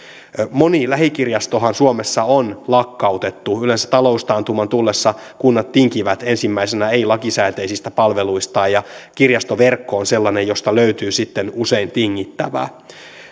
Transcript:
moni lähikirjastohan suomessa on lakkautettu yleensä taloustaantuman tullessa kunnat tinkivät ensimmäisenä ei lakisääteisistä palveluistaan ja kirjastoverkko on sellainen josta löytyy sitten usein tingittävää